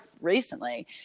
recently